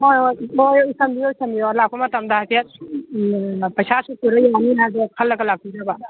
ꯍꯣꯏ ꯍꯣꯏ ꯍꯣꯏ ꯍꯣꯏ ꯏꯁꯟꯕꯤꯌꯣ ꯏꯁꯟꯕꯤꯌꯣ ꯂꯥꯛꯄ ꯃꯇꯝꯗ ꯍꯥꯏꯐꯦꯠ ꯄꯩꯁꯥ ꯑꯁꯨꯛꯇꯨꯅ ꯌꯥꯅꯤ ꯍꯥꯏꯕꯗꯣ ꯈꯜꯂꯒ ꯂꯥꯛꯄꯤꯅꯕ